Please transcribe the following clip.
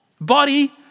Body